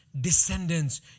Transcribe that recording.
descendants